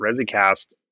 ResiCast